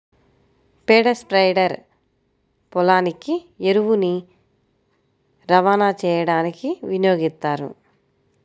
పేడ స్ప్రెడర్ పొలానికి ఎరువుని రవాణా చేయడానికి వినియోగిస్తారు